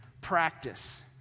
practice